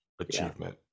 achievement